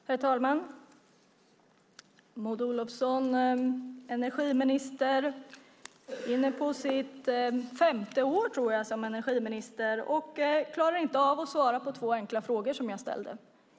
Herr talman! Maud Olofsson är inne på sitt femte år, tror jag, som energiminister och klarar inte av att svara på två enkla frågor jag ställde.